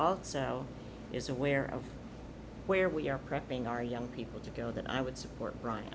also is aware of where we are prepping our young people to go that i would support brian